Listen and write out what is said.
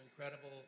incredible